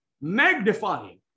magnifying